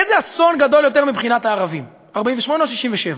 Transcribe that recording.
איזה אסון גדול יותר מבחינת הערבים, 48' או 67'?